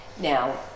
Now